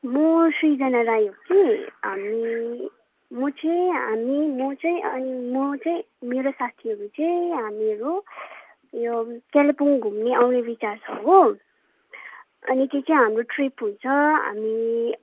म सृजना राई हो कि हामी म चाहिँ हामी म चाहिँ अनि म चाहिँ मेरो साथीहरू चाहिँ हामीहरू यो कालिम्पोङ घुम्न आउने बिचार छ हो अनि त्यो चाहिँ हाम्रो ट्रिप हुन्छ हामी